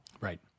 Right